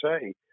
say